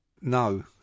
No